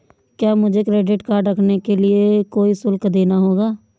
क्या मुझे credit card रखने के लिए कोई शुल्क देना होगा?